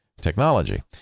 technology